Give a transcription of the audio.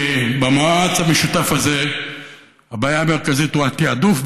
במאמץ המשותף הזה הבעיה המרכזית היא התעדוף,